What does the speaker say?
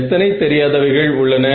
எத்தனை தெரியாதவைகள் உள்ளன